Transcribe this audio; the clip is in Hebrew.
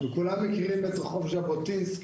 כולם מכירים את רחוב ז'בוטינסקי,